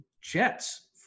Jets